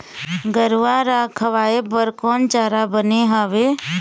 गरवा रा खवाए बर कोन चारा बने हावे?